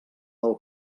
del